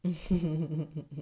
is in